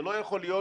ולא יכול להיות